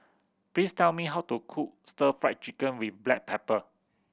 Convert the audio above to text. please tell me how to cook Stir Fry Chicken with black pepper